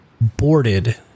boarded